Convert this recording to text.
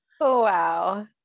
wow